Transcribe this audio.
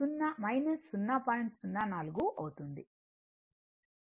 కాబట్టి Y g jb